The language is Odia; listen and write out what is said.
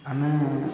ଆମ